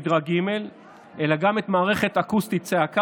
במדרג ג' אלא גם את מערכת אקוסטי-צעקה,